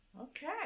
Okay